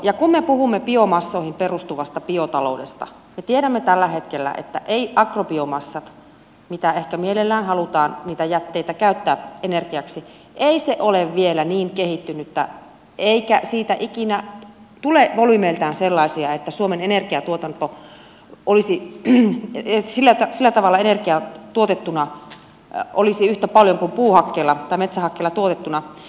kun me puhumme biomassoihin perustuvasta biotaloudesta niin me tiedämme tällä hetkellä että eivät agrobiomassat ne jätteet mitä ehkä mielellään halutaan käyttää energiaksi ole vielä niin kehittyneitä eikä niistä ikinä tule volyymiltaan sellaista että suomessa energiaa sillä tavalla tuotettuna olisi yhtä paljon kuin puuhakkeella tai metsähakkeella tuotettuna